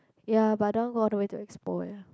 ya but the one go all the way to Expo ya